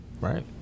right